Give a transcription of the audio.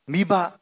Miba